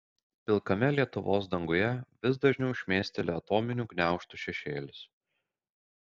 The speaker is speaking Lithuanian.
pilkame lietuvos danguje vis dažniau šmėsteli atominių gniaužtų šešėlis